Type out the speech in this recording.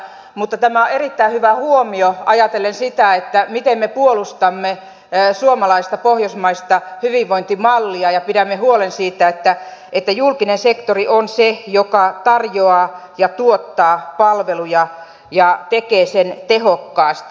mutta tämä on erittäin hyvä huomio ajatellen sitä miten me puolustamme suomalaista pohjoismaista hyvinvointimallia ja pidämme huolen siitä että julkinen sektori on se joka tarjoaa ja tuottaa palveluja ja tekee sen tehokkaasti